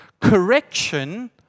correction